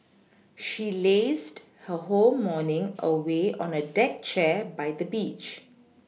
she lazed her whole morning away on a deck chair by the beach